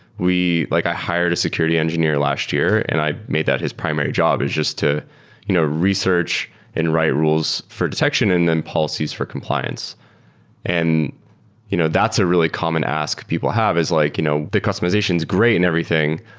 like i hired a security engineer last year and i made that his primary job, is just to you know research and write rules for detection and then policies for compliance you know that's a really common ask people have, is like, you know the customization is great and everything,